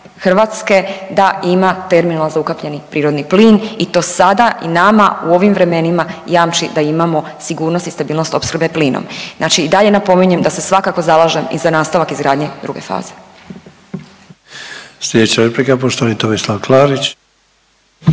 Hrvatske da ima terminal za ukapljeni prirodni plin i to sada i nama u ovim vremenima jamči da imamo sigurnost i stabilnost opskrbe plinom. Znači i dalje napominjem da se svakako zalažem i za nastavak izgradnje druge faze.